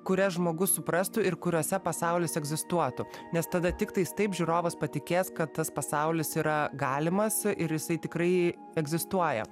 kurias žmogus suprastų ir kuriose pasaulis egzistuotų nes tada tiktais taip žiūrovas patikės kad tas pasaulis yra galimas ir jisai tikrai egzistuoja